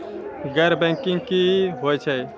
गैर बैंकिंग की होय छै?